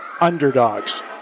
underdogs